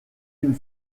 une